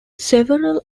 several